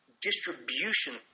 distribution